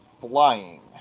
flying